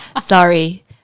Sorry